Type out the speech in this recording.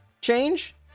change